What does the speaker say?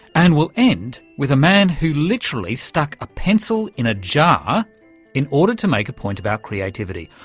and we'll end with a man who literally stuck a pencil in a jar in order to make a point about creativity,